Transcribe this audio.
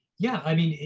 yeah, i mean,